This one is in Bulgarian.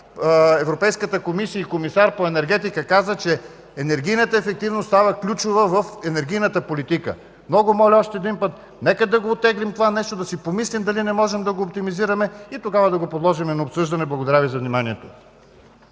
Европейската комисия и комисар по енергетика каза, че енергийната ефективност става ключова в енергийната политика. Много моля още един път – нека да оттеглим това нещо, да си помислим дали не можем да го оптимизираме и тогава да го подложим на обсъждане. Благодаря Ви за вниманието.